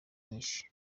nyinshi